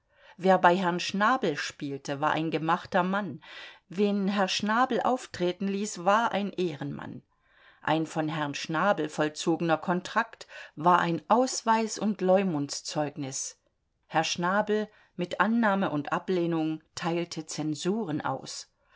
wer bei herrn schnabel spielte war ein gemachter mann wen herr schnabel auftreten ließ war ein ehrenmann ein von herrn schnabel vollzogener kontrakt war ein ausweis und leumundszeugnis herr schnabel mit annahme und ablehnung teilte zensuren aus